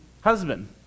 husband